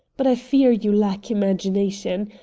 but i fear you lack imagination.